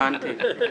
הבנתי.